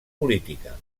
política